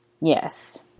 yes